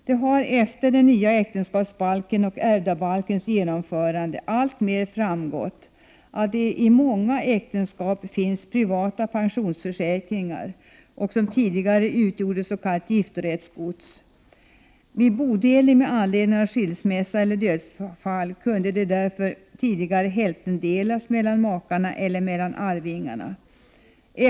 Det har efter den nya äktenskapsbalkens och ärvdabalkens genomförande alltmer framgått att det i många äktenskap finns privata pensionsförsäkringar, som tidigare utgjorde s.k. giftorättsgods. Vid bodelning med anledning av skilsmässa eller dödsfall kunde de därför tidigare hälftendelas mellan makarna eller mellan arvingarna.